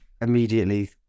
immediately